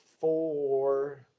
four